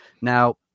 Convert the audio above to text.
Now